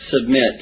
submit